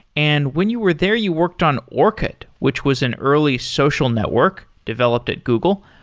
and when you were there, you worked on orkut, which was an early social network developed at google.